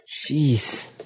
Jeez